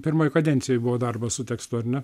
pirmoj kadencijoj buvo darbas su tekstu ar ne